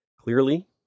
Clearly